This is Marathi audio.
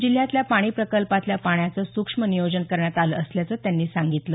जिल्ह्यातल्या पाणी प्रकल्पातल्या पाण्याचं सुक्ष्म नियोजन करण्यात आलं असल्याचं त्यांनी यावेळी सांगितलं